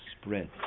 spread